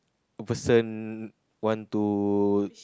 a person want to